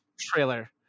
trailer